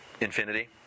infinity